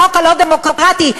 החוק הלא-דמוקרטי,